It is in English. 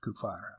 Kufara